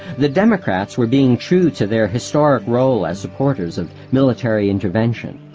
the democrats were being true to their historic role as supporters of military intervention,